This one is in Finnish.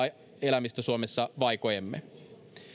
elämistä suomessa vaiko emme